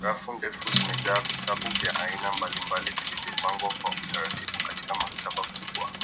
Rafu ndefu zimejaa vitabu mbalimbali vilivyopangwa taratibu katika maktaba kubwa.